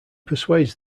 persuades